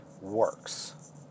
works